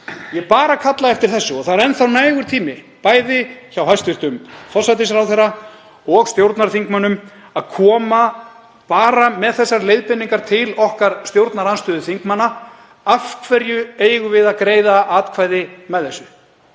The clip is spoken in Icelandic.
Ég kalla eftir þessu. Það er enn þá nægur tími, bæði hjá hæstv. forsætisráðherra og stjórnarþingmönnum, að koma bara með þessar leiðbeiningar til okkar stjórnarandstöðuþingmanna. Af hverju eigum við að greiða atkvæði með þessu?